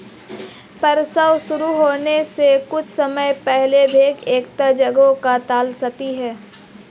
प्रसव शुरू होने के कुछ समय पहले भेड़ एकांत जगह को तलाशती है